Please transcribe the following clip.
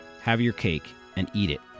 have-your-cake-and-eat-it